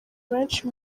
benshi